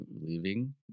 leaving